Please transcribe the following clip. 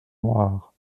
noires